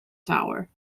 tower